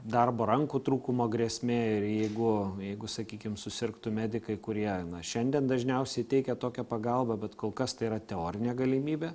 darbo rankų trūkumo grėsmė ir jeigu jeigu sakykim susirgtų medikai kurie šiandien dažniausiai teikia tokią pagalbą bet kol kas tai yra teorinė galimybė